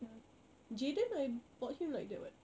ya jaden I bought him like that [what]